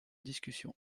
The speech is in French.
discussion